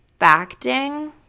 facting